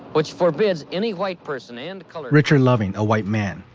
which forbids any white person and richard loving, a white man,